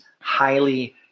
highly